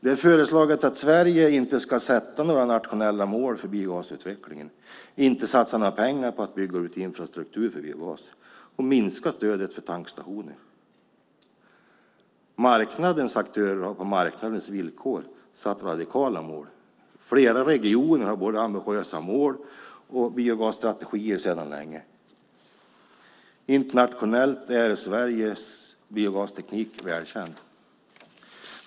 Det är föreslaget att Sverige inte ska sätta några nationella mål för biogasutvecklingen, inte satsa några pengar på att bygga ut infrastruktur för biogas och minska stödet till tankstationer. Marknadens aktörer har satt radikala mål på marknadens villkor. Flera regioner har både ambitiösa mål och biogasstrategier sedan länge. Internationellt är Sveriges biogasteknik välkänd.